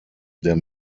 der